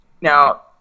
Now